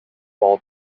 all